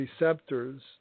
receptors